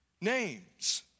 names